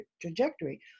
trajectory